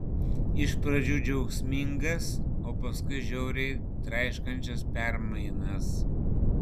iš pradžių džiaugsmingas o paskui žiauriai traiškančias permainas